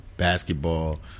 basketball